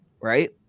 right